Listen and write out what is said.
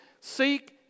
Seek